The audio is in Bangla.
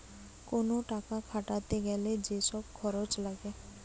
কোন টাকা খাটাতে গ্যালে যে সব খরচ লাগে